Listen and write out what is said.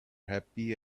happy